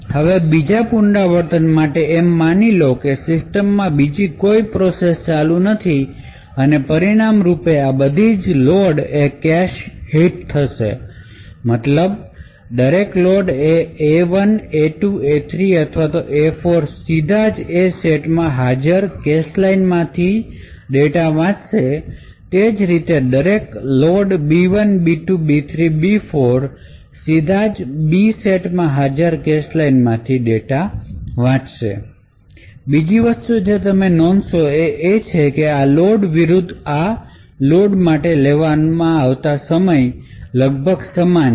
હવે બીજા પુનરાવર્તન માટે એમ માની લો કે સિસ્ટમમાં બીજી કોઈ પ્રોસેસ ચાલુ નથી અને પરિણામ રૂપે આ બધી લોડ એ કેશહિટ થશેમતલબ હવે દરેક load A A 1 A 2 A3 અથવા A4 સીધા જ A સેટમાં હાજર કેશલાઇન માંથી ડેટાને વાંચશે એ જ રીતે દરેક લોડ બી 1 બી 2 બી 3 અથવા બી 4 સીધા જ B સેટમાં હાજર કેશલાઇન માંથી ડેટાને વાંચશે બીજી વસ્તુ જે તમે નોંધશો તે એ છે કે આ લોડ્સ વિરુદ્ધ આ લોડ માટે લેવામાં સમય લગભગ સમાન છે